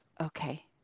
okay